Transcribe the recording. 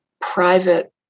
private